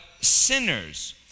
sinners